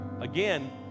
again